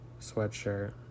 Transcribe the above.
sweatshirt